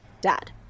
dad